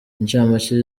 incamake